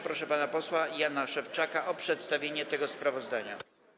Proszę pana posła Jana Szewczaka o przedstawienie tego sprawozdania.